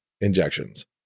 injections